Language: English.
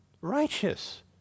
righteous